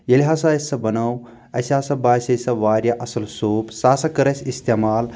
ییٚلہِ ہسا اسہِ سۄ بنٲو اسہِ ہسا باسے سۄ واریاہ اصٕل صوپ سۄ ہسا کٔر اسہِ استعمال